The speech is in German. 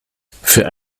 für